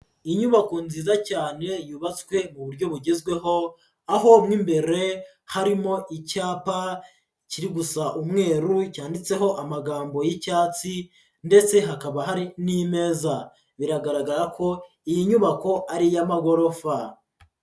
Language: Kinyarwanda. Inyubako nziza cyane yubatswe mu buryo bugezweho, aho mo imbere harimo icyapa kiri gusa umweru cyanditseho amagambo y'icyatsi ndetse hakaba hari n'imeza, biragaragara ko iyi nyubako ari iy'amagorofa.